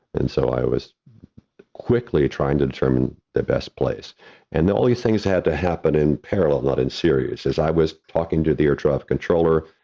and so, i was quickly trying to determine the best place and the only things had to happen in parallel not in series is i was talking to the air traffic controller,